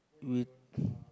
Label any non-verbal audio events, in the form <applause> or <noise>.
we <breath>